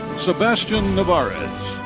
sebastian nevarez.